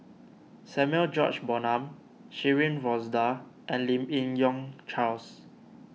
Samuel George Bonham Shirin Fozdar and Lim Yi Yong Charles